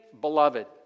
beloved